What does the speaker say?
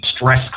Stress